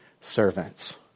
servants